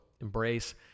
embrace